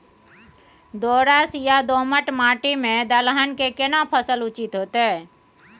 दोरस या दोमट माटी में दलहन के केना फसल उचित होतै?